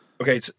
Okay